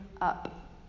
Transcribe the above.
up